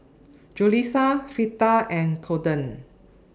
Julissa Fleta and Colten